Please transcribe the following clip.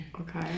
Okay